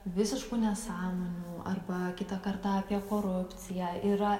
visiškų nesąmonių arba kitą kartą apie korupciją yra